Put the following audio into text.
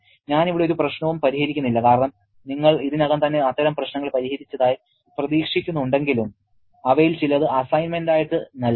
ഞാൻ ഇവിടെ ഒരു പ്രശ്നവും പരിഹരിക്കുന്നില്ല കാരണം നിങ്ങൾ ഇതിനകം തന്നെ അത്തരം പ്രശ്നങ്ങൾ പരിഹരിച്ചതായി പ്രതീക്ഷിക്കുന്നുണ്ടെങ്കിലും ഇവയിൽ ചിലത് അസൈൻമെന്റ് ആയിട്ട് നൽകും